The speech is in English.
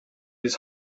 his